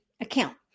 account